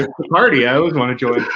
a party, i always wanna join.